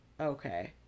Okay